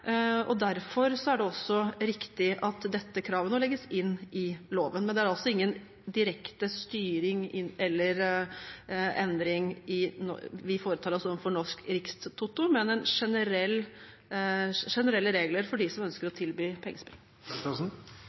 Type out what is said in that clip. og derfor er det også riktig at dette kravet nå legges inn i loven. Det er altså ingen direkte styring eller endring vi foretar oss overfor Norsk Rikstoto, men generelle regler for dem som ønsker å tilby pengespill.